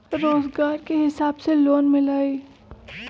रोजगार के हिसाब से लोन मिलहई?